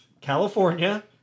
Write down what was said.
California